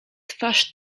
twarz